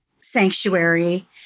sanctuary